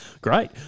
Great